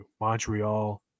Montreal